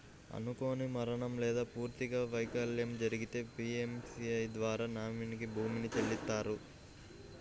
అనుకోని మరణం లేదా పూర్తి వైకల్యం జరిగితే పీయంఎస్బీఐ ద్వారా నామినీకి భీమాని చెల్లిత్తారు